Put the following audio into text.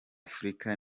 afurika